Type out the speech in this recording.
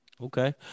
Okay